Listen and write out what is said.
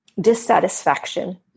dissatisfaction